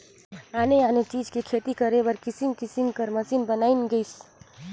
आने आने चीज के खेती करे बर किसम किसम कर मसीन बयन गइसे